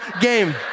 game